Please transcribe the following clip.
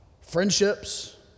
friendships